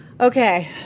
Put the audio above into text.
Okay